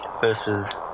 versus